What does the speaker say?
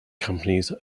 companies